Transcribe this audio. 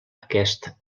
aquest